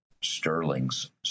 Sterling's